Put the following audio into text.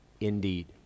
indeed